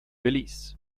belize